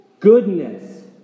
Goodness